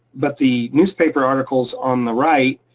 but the newspaper articles on the right,